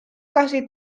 casi